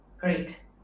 Great